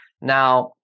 Now